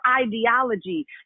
ideology